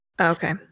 Okay